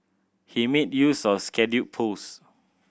he made use of scheduled post